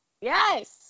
Yes